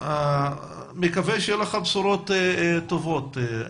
אני מקווה שיהיו לך בשורות טובות.